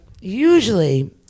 usually